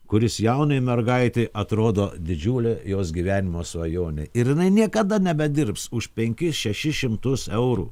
kuris jaunai mergaitei atrodo didžiulė jos gyvenimo svajonė ir jinai niekada nebedirbs už penkis šešis šimtus eurų